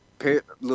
look